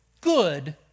good